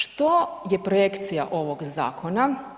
Što je projekcija ovog zakona?